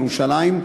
ירושלים.